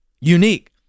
Unique